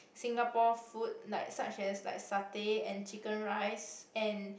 Singapore food like such as like satay and chicken rice and